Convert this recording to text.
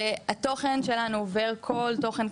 התוכן שלנו עובר כל תוכן,